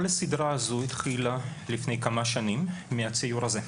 כל הסדרה הזו התחילה לפני כמה שנים, מהציור הזה.